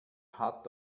hat